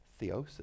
Theosis